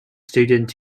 students